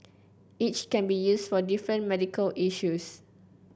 each can be used for different medical issues